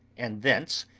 and thence,